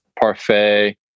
parfait